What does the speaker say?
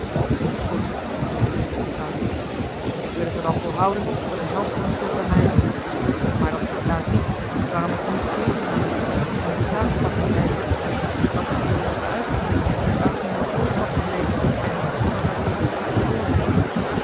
goed zei hij toen eenvoudig ik wil t er dan voor houden dat de helft van de schuld bij mij ligt maar dat verklaart niet waarom ik nu ketenen aan de voeten en een slavenpak aan t lijf heb wat hebben joh h been paddeltje de scheepsjongen van michiel de ruijter jelui met me uitgevoerd waar is m'n matrozenpak gebleven en wat hebben jelui toch met me voor